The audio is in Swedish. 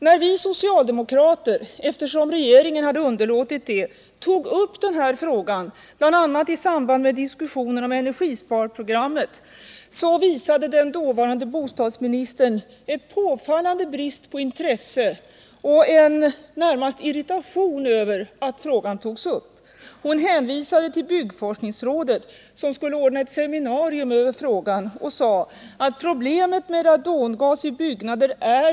När vi socialdemokrater — eftersom regeringen hade underlåtit det — tog upp den här frågan, bl.a. i samband med behandlingen av energisparprogrammet, så visade den dåvarande bostadsministern en påfallande brist på intresse och närmast en irritation över att frågan togs upp. Hon hänvisade till byggforskningsrådet, som skulle ordna ett seminarium över frågan, och sade att ”problemet med radongas i byggnader är.